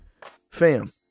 fam